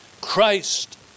Christ